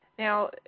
Now